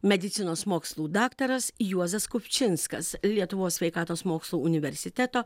medicinos mokslų daktaras juozas kupčinskas lietuvos sveikatos mokslų universiteto